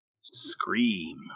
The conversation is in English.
Scream